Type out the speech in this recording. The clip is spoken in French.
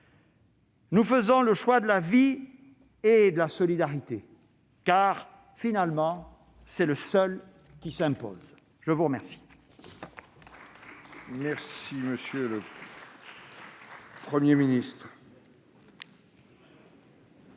Nous faisons le choix de la vie et de la solidarité, car finalement c'est le seul qui s'impose. Mes chers